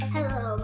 Hello